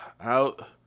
out